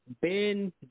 Ben